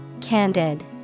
Candid